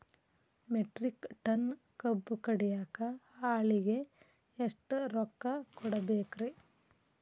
Metric ton ಕಬ್ಬು ಕಡಿಯಾಕ ಆಳಿಗೆ ಎಷ್ಟ ರೊಕ್ಕ ಕೊಡಬೇಕ್ರೇ?